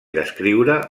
descriure